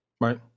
right